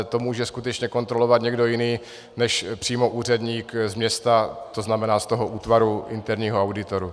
To může skutečně kontrolovat někdo jiný než přímo úředník z města, to znamená z toho útvaru interního auditu.